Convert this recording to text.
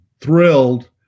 thrilled